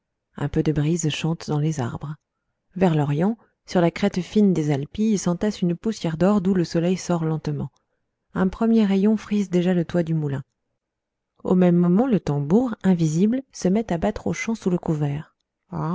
un peu de brise chante dans les arbres vers l'orient sur la crête fine des alpilles s'entasse une poussière d'or d'où le soleil sort lentement un premier rayon frise déjà le toit du moulin au même moment le tambour invisible se met à battre aux champs sous le couvert